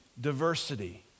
diversity